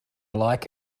like